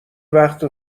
وقت